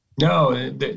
No